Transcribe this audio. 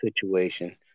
situation